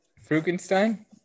Frankenstein